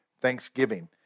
Thanksgiving